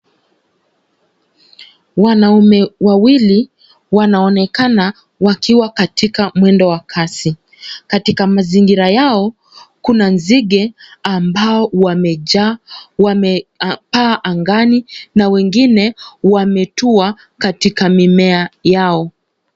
Wanaume wawili wanaonekana wakiwa katika mwendo wa kasi. Katika mazingira yao kuna nzige ambao wamejaa, wamepaa angani na wengine wametua katika mimea yao.